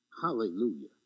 Hallelujah